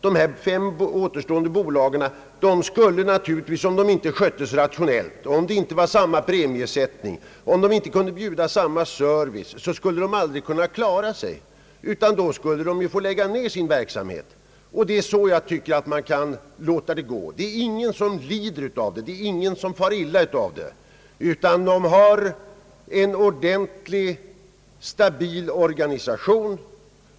De här fem återstående bolagen skulle naturligtvis, om de inte sköttes rationellt, om de inte hade samma premiesättning, om de inte kunde bjuda samma service, aldrig kunna klara sig utan de skulle få lägga ned sin verksamhet. Det är så jag tycker man kan låta det utveckla sig. Det är ingen som lider av det. Det är ingen som far illa av det. Dessa bolag har var för sig en ordentlig stabil organisation.